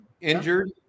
injured